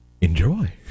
Enjoy